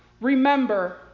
remember